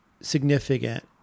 significant